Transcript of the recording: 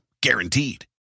guaranteed